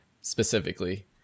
specifically